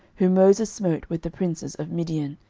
whom moses smote with the princes of midian,